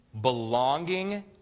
belonging